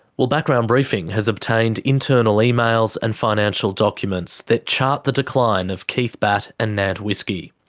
well, background briefing has obtained internal emails and financial documents that chart the decline of keith batt and nant whisky.